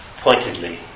pointedly